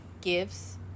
gives